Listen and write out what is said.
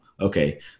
Okay